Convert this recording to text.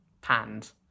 panned